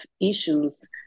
issues